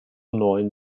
neuen